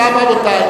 אני מסיים.